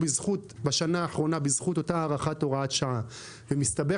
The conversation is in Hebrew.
בשנה האחרונה בזכות אותה הארכת הוראת שעה ומסתבר,